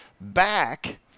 back